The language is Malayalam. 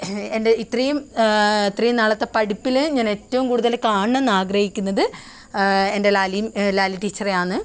എൻ്റെ ഇത്രയും ഇത്രയും നാളത്തെ പഠിപ്പിന് ഞാൻ ഏറ്റവും കൂടുതൽ കാണണമെന്ന് ആഗ്രഹിക്കുന്നത് എൻ്റെ ലാലി ലാലി ടീച്ചറെയാണ്